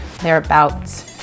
thereabouts